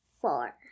four